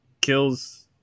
kills